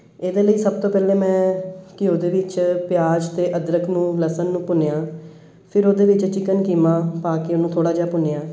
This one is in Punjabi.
ਇਹਦੇ ਲਈ ਸਭ ਤੋਂ ਪਹਿਲਾਂ ਮੈਂ ਘਿਉ ਦੇ ਵਿੱਚ ਪਿਆਜ਼ ਅਤੇ ਅਦਰਕ ਨੂੰ ਲਸਣ ਨੂੰ ਭੁੰਨਿਆ ਫਿਰ ਉਹਦੇ ਵਿੱਚ ਚਿਕਨ ਕੀਮਾ ਪਾ ਕੇ ਉਹਨੂੰ ਥੋੜ੍ਹਾ ਜਿਹਾ ਭੁੰਨਿਆ